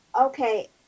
Okay